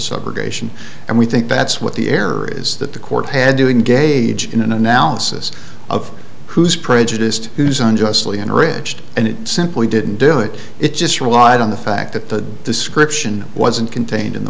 subrogation and we think that's what the error is that the court had doing gaijin an analysis of who's prejudiced who's unjustly enriched and it simply didn't do it it just relied on the fact that the description wasn't contained in the